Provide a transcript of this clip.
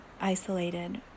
isolated